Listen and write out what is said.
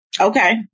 Okay